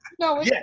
No